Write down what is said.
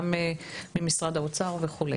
גם ממשרד האוצר וכו'.